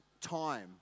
time